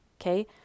okay